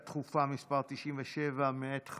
שאילתה דחופה מס' 97, מאת